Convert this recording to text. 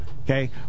okay